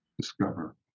discover